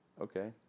Okay